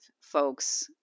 folks